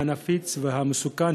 הנפיץ והמסוכן,